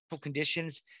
conditions